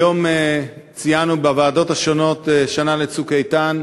היום ציינו בוועדות השונות שנה ל"צוק איתן",